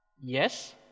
Yes